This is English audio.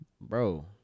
bro